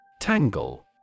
Tangle